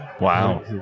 Wow